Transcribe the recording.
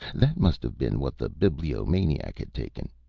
that must have been what the bibliomaniac had taken,